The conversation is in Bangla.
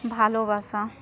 ভালোবাসা